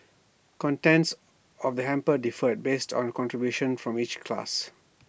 contents of the hampers differed based on contributions from each class